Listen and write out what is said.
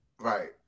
right